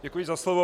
Děkuji za slovo.